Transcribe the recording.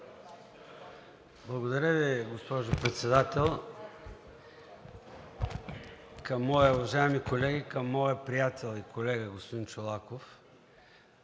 Благодаря Ви, госпожо Председател. Уважаеми колеги, към моя приятел и колега господин Чолаков,